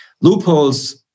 Loopholes